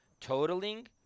totaling